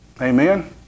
Amen